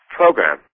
program